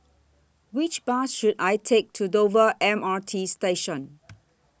Which Bus should I Take to Dover M R T Station